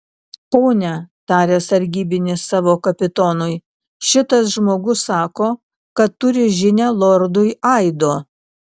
pone tarė sargybinis savo kapitonui šitas žmogus sako kad turi žinią lordui aido